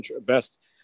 best